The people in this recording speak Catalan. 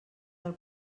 del